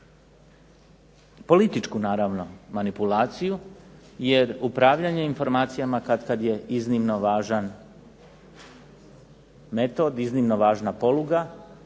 Političku naravno manipulaciju, jer upravljanje informacijama katkad je iznimno važan metod, iznimno važna poluga,